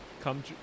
come